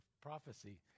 prophecy